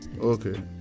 okay